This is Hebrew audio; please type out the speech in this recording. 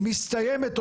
מסתיימת,